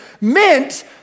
meant